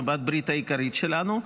בעלת הברית העיקרית שלנו,